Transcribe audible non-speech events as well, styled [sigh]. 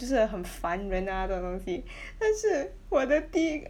就是很烦人啊这种东西 [breath] 但是我的第一个